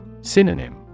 Synonym